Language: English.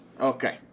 Okay